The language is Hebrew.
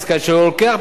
שמביא בחשבון